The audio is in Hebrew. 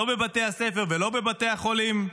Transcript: לא בבתי הספר ולא בבתי החולים.